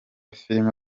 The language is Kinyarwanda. filime